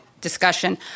discussion